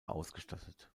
ausgestattet